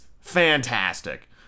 fantastic